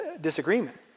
disagreement